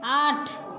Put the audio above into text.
आठ